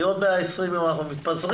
כי בעוד 120 ימים אנחנו מתפזרים.